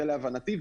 להבנתי.